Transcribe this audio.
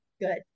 good